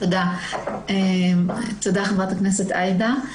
תודה לחברת הכנסת עאידה סלימאן.